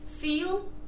feel